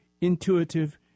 intuitive